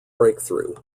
breakthrough